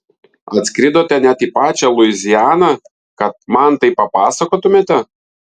atskridote net į pačią luizianą kad man tai papasakotumėte